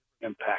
impact